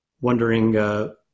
wondering